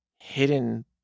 hidden